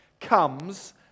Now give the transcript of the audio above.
comes